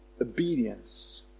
obedience